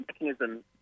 mechanism